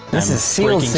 this is sealed!